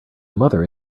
mother